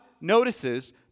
notices